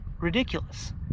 ridiculous